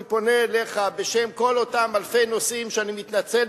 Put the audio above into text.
אני פונה אליך בשם כל אותם אלפי נוסעים שאני מתנצל